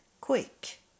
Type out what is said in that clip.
quick